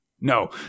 No